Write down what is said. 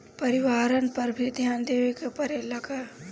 परिवारन पर भी ध्यान देवे के परेला का?